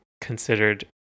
considered